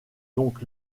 donc